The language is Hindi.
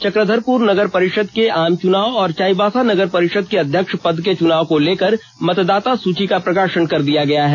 चक्रधरपुर नगर परिषद के आम चुनाव और चाईबासा नगर परिषद के अध्यक्ष पद के चुनाव को लेकर मतदाता सूची का प्रकाषन कर दिया गया है